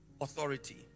authority